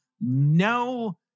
no